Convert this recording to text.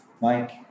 Mike